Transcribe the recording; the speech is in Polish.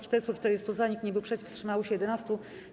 440 - za, nikt nie był przeciw, wstrzymało się 11.